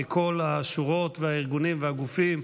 מכל השורות והארגונים והגופים.